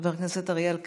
חבר הכנסת אריאל קלנר,